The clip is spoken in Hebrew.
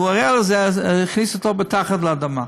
הוא ערער על זה, אז הכניסו אותו מתחת לאדמה.